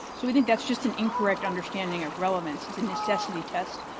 so we think that's just an incorrect understanding of relevance. it's a necessity test.